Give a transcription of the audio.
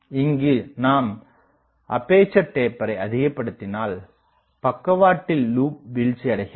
இங்கு நாம் அப்பேசர் டேப்பர்ரை அதிகப்படுத்தினால் பக்கவாட்டில் லூப் வீழ்ச்சி அடைகிறது